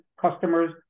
customers